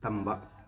ꯇꯝꯕ